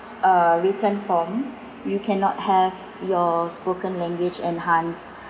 uh written form you cannot have your spoken language enhanced